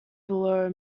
below